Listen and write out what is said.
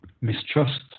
mistrust